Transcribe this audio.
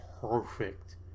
perfect